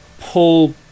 pull